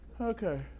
okay